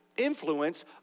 influence